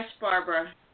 Barbara